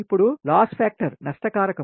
ఇప్పుడు loss factor నష్ట కారకం